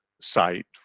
site